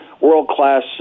world-class